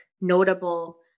notable